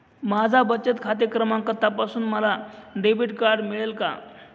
माझा बचत खाते क्रमांक तपासून मला डेबिट कार्ड मिळेल का?